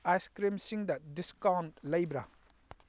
ice ꯀ꯭ꯔꯤꯝꯁꯤꯡꯗ discount ꯂꯩꯕ꯭ꯔꯥ